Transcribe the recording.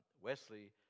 Wesley